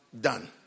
done